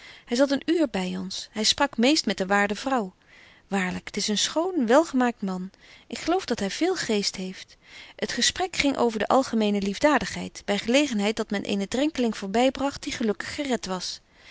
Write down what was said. hy zat een uur by ons hy sprak meest met de waarde vrouw waarlyk t is een schoon welgemaakt man ik geloof dat hy veel geest heeft het gesprek ging over de algemene liefdadigheid by gelegenheid dat men eenen drenkeling voorby bragt die gelukkig geret was